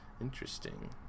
Interesting